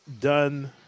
done